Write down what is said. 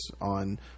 on